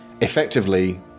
effectively